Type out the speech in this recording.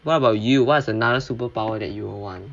what about you what is another superpower that you would want